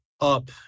up